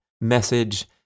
message